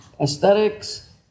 aesthetics